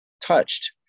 touched